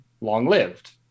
long-lived